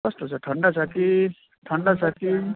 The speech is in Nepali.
कस्तो छ ठन्डा छ कि ठन्डा छ कि